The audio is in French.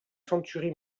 century